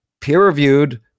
peer-reviewed